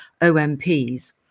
OMPs